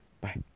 bye